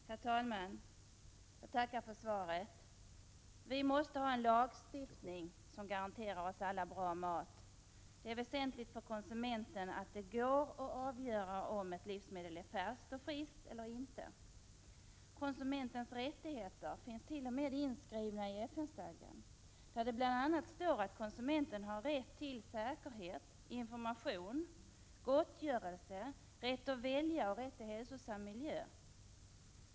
Herr talman! Jag tackar för svaret. Vi måste ha en lagstiftning som garanterar oss alla bra mat. Det är väsentligt för konsumenten att det går att avgöra om ett livsmedel är färskt och friskt eller inte. Konsumentens rättigheter finns t.o.m. inskrivna i FN-stadgan, där det bl.a. står att konsumenten har rätt till säkerhet, information, gottgörelse, samt har rätt att välja och rätt till hälsosam miljö.